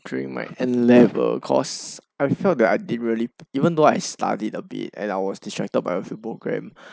during my N level course I felt that I didn't really even though I studied a bit and I was distracted by a few program